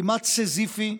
כמעט סיזיפי,